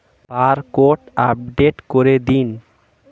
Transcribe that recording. Barcode update করে দিন?